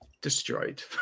destroyed